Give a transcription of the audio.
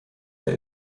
der